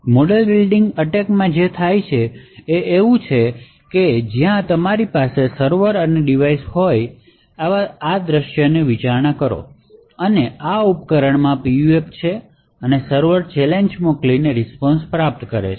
એક મોડેલ બિલ્ડિંગના હુમલામાં જે થાય છે તે તે છે કે તમે જ્યાં તમારી પાસે સર્વર અને ડિવાઇસ હોય તેવા દૃશ્યોની વિચારણા કરી શકો અને આ ઉપકરણમાં PUF હોય અને સર્વર ચેલેંજ મોકલીને રીસ્પોન્શ પ્રાપ્ત કરે છે